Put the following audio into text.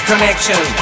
Connection